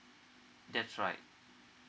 that's right